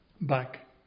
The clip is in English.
back